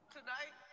Tonight